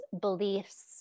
beliefs